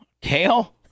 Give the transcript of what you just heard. Kale